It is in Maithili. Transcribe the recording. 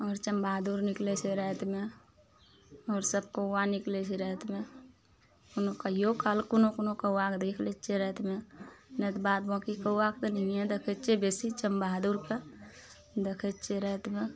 आओर चमबाहदुर निकलय छै रातिमे आओर सब कौआ निकलय छै रातिमे कोनो कहियो काल कोनो कोनो कौआके देख लै छियै रातिमे नहि तऽ बाद बाँकी कौआके नहिये देखय छियै बेसी चमबाहदुरके देखय छियै रातिमे